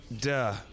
Duh